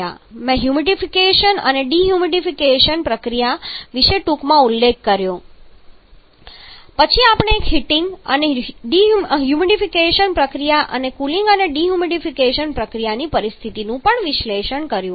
મેં હ્યુમિડિફિકેશન અને ડિહ્યુમિડિફિકેશન પ્રક્રિયા વિશે ટૂંકમાં ઉલ્લેખ કર્યો છે પછી આપણે એક હીટિંગ અને હ્યુમિડિફિકેશન પ્રક્રિયા અને કુલિંગ અને ડિહ્યુમિડિફિકેશન પ્રક્રિયાની પરિસ્થિતિનું વિશ્લેષણ કર્યું છે